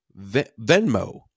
Venmo